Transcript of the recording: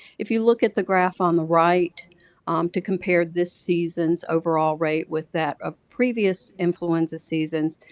if you look at the graph on the right to compare this season's overall rate with that of previous influenza seasons,